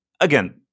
again